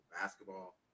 basketball